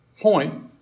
point